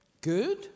Good